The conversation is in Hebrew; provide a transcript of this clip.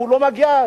לא מגיע,